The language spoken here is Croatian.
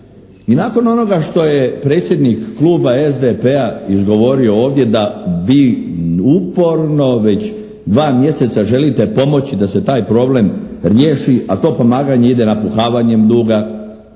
i nakon onoga što je predsjednik Kluba SDP-a izgovorio ovdje da vi uporno već dva mjeseca želite pomoći da se taj problem riješi, a to pomaganje ide napuhavanjem duga,